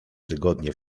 tygodnie